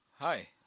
Hi